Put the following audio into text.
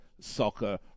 soccer